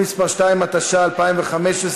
(תיקון מס' 2), התשע"ה 2015,